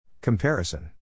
Comparison